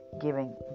giving